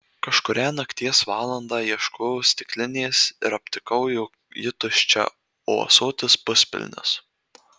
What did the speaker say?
kažkurią nakties valandą ieškojau stiklinės ir aptikau jog ji tuščia o ąsotis puspilnis